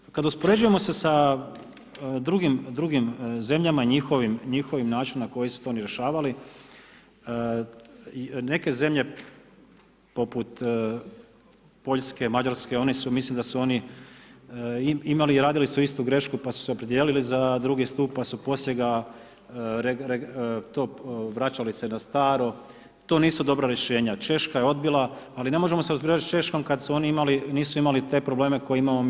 Kad govorimo, kad uspoređujemo se sa drugim zemljama njihovim načinom na koji su to oni rješavali, neke zemlje poput Poljske, Mađarske, one su mislim da su oni imali i radili su istu grešku pa su se opredijelili za drugi stup pa su poslije ga to vraćali se na staro, to nisu dobra rješenja, Češka je odbila, ali ne možemo se uspoređivat s Češkom kad oni nisu imali te probleme koje imamo mi.